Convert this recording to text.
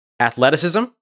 athleticism